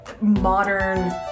...modern